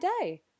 day